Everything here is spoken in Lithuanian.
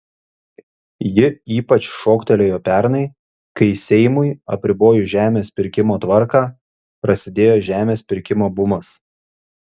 ji ypač šoktelėjo pernai kai seimui apribojus žemės pirkimo tvarką prasidėjo žemės pirkimo bumas